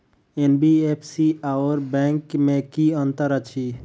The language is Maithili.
एन.बी.एफ.सी आओर बैंक मे की अंतर अछि?